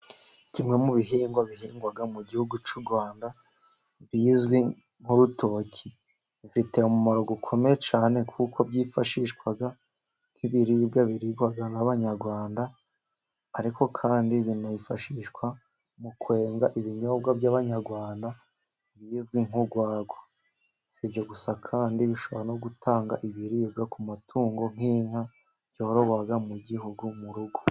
Kimwe mu bihingwa bihingwa mu gihugu cy'u rwanda bizwi nk'urutoki, bifite umumaro ukomeye cyane kuko byifashishwa nk'ibiribwa biribwa n'abanyarwanda, ariko kandi binafashishwa mu kwenga ibinyobwa by'abanyarwanda bizwi nk'urwagwa sibyo gusa kandi bishobora no gutanga ibiribwa ku matungo nk'inka yororerwa mu gihugu murugo.